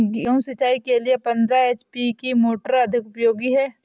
गेहूँ सिंचाई के लिए पंद्रह एच.पी की मोटर अधिक उपयोगी है?